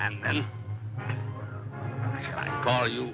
and call you